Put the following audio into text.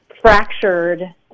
fractured